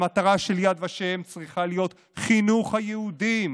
המטרה של יד ושם צריכה להיות חינוך היהודים